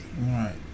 Right